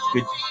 Good